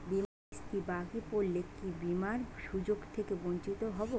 বিমার কিস্তি বাকি পড়লে কি বিমার সুযোগ থেকে বঞ্চিত হবো?